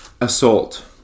Assault